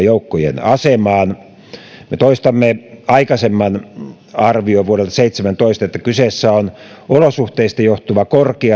joukkojen asemaan me toistamme aikaisemman arvion vuodelta seitsemäntoista että kyseessä on olosuhteista johtuva korkean uhkatason operaatio isil